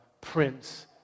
prince